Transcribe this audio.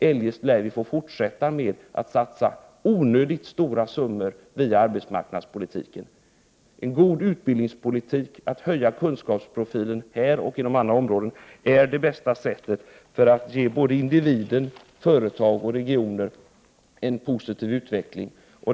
Eljest lär vi få fortsätta med att satsa onödigt stora summor via arbetsmarknadspolitiken. En god utbildningspolitik för att höja kunskapsprofilen här och inom andra områden är det bästa sättet att ge såväl individer som företag och regioner en positiv utveckling. Fru talman!